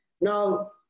Now